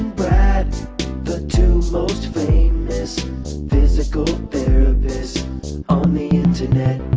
brad the two most famous physical therapists on the internet